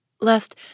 lest